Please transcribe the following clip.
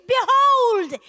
Behold